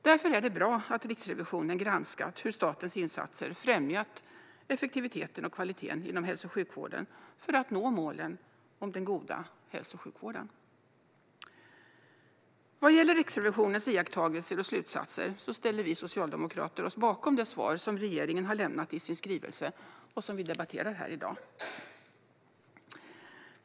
Därför är det bra att Riksrevisionen har granskat hur statens insatser främjat effektiviteten och kvaliteten inom hälso och sjukvården för att vi ska nå målen om den goda hälso och sjukvården. Vad gäller Riksrevisionens iakttagelser och slutsatser ställer vi socialdemokrater oss bakom de svar som regeringen har lämnat i sin skrivelse och som vi debatterar här i dag.